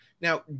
now